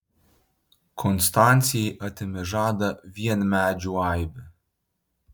konstancijai atėmė žadą vien medžių aibė